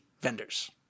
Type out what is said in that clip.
vendors